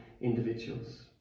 individuals